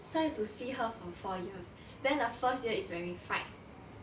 so I have to see her for four years then the first year is when we fight